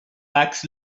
wax